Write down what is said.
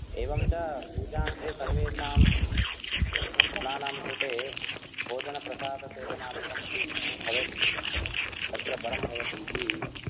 एवं च पूजान्ते सर्वेषां जनानां कृते भोजनप्रसादसेवनादिकमपि भवेत् तत्र बरं भवतीति